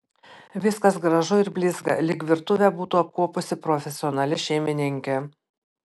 viskas gražu ir blizga lyg virtuvę būtų apkuopusi profesionali šeimininkė